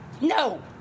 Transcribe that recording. No